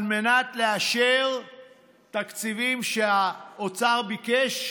על מנת לאשר תקציבים שהאוצר ביקש,